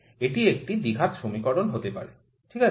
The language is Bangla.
এটি একটি দ্বিঘাত সমীকরণ হতে পারে ঠিক আছে